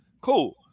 Cool